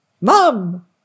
mom